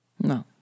No